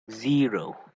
zero